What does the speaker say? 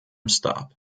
stop